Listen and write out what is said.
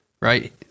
Right